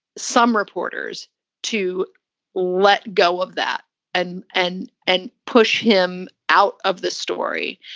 some reporters to let go of that and and and push him out of this story.